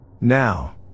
Now